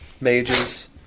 mages